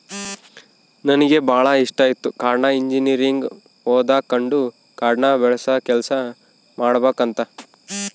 ನನಗೆ ಬಾಳ ಇಷ್ಟಿತ್ತು ಕಾಡ್ನ ಇಂಜಿನಿಯರಿಂಗ್ ಓದಕಂಡು ಕಾಡ್ನ ಬೆಳಸ ಕೆಲ್ಸ ಮಾಡಬಕಂತ